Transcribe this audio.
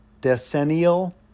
decennial